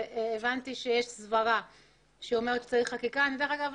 והבנתי שיש סברה שאומרת שצריך חקיקה ואגב,